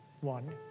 one